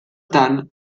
tant